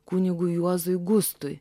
kunigui juozui gustui